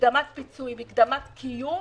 מקדמת קיום